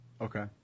Okay